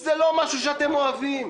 זה לא משהו שאתם אוהבים.